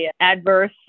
adverse